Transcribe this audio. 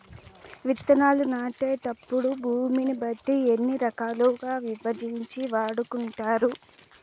విత్తనాలు నాటేటప్పుడు భూమిని బట్టి ఎన్ని రకాలుగా విభజించి వాడుకుంటారు?